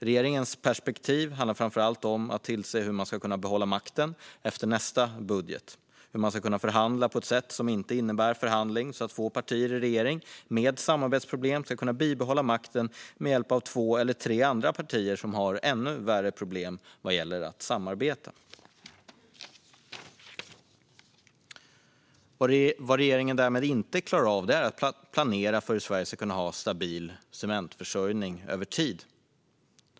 Regeringens perspektiv handlar framför allt om att tillse hur man ska kunna behålla makten efter nästa budget och hur man ska kunna förhandla på ett sätt som inte innebär förhandling så att två partier i regering med samarbetsproblem ska kunna bibehålla makten med hjälp av två eller tre andra partier som har ännu värre samarbetsproblem. Vad regeringen därmed inte klarar av är att planera för hur Sverige ska kunna ha stabil cementförsörjning över tid.